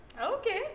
Okay